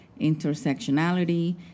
intersectionality